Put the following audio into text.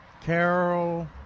Carol